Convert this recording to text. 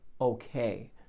okay